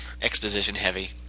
exposition-heavy